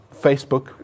Facebook